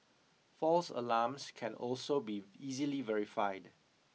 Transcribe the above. false alarms can also be easily verified